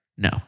No